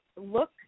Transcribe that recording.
look